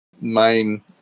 main